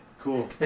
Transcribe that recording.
Cool